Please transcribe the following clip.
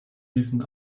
diesen